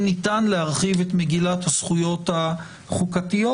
ניתן להרחיב את מגילת הזכויות החוקתיות,